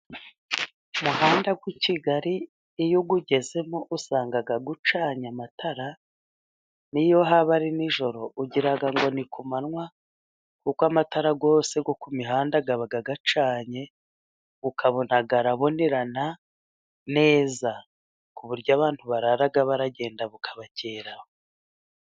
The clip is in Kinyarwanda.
Umuhanda w'i Kigali iyo uwugezemo usanga ucanye amatara. N'iyo haba ari nijoro, ugira ngo ni ku manywa, kuko amatara yose yo ku mihanda aba acanye, ukabona arabonerana neza. Ku buryo abantu barara bagenda bukabakeraho.